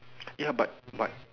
ya but but